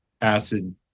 acid